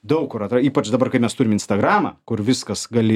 daug kur ypač dabar kai mes turim instagramą kur viskas gali